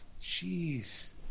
jeez